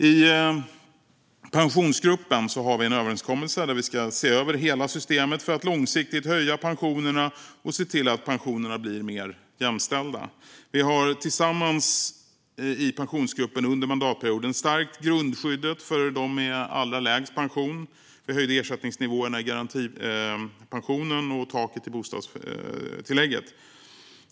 I Pensionsgruppen har vi en överenskommelse där vi ska se över hela systemet för att långsiktigt höja pensionerna och se till att pensionerna blir mer jämställda. Vi har tillsammans i Pensionsgruppen under mandatperioden stärkt grundskyddet för dem med allra lägst pension. Vi har höjt ersättningsnivåerna i garantipensionen och taket i bostadstillägget.